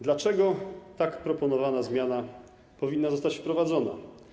Dlaczego proponowana zmiana powinna zostać wprowadzona?